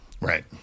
Right